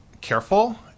careful